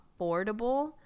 affordable